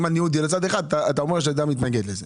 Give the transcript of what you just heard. אם הניוד יהיה לצד אחד אתה מתנגד לזה.